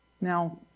Now